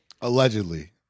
Allegedly